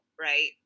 right